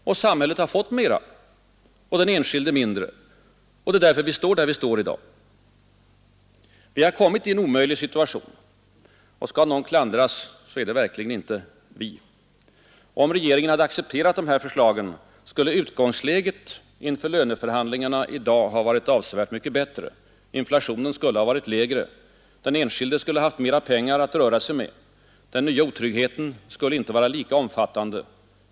Och samhället har fått mera och den enskilde mindre, och det är därför vi står där vi står i dag. Vi har hamnat i en omöjlig situation. Skall någon klandras, är det verkligen inte vi. Om regeringen hade accepterat våra förslag, skulle utgångsläget inför löneförhandlingarna i dag varit avsevärt bättre. Inflationen skulle ha varit lägre. Den enskilde skulle ha haft mera pengar att röra sig med. ”Den nya otryggheten” skulle inte ha varit lika omfattande.